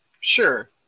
Sure